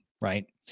right